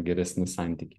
geresni santykiai